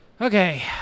Okay